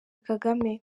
kagame